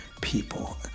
people